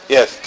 Yes